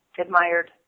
admired